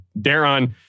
Darren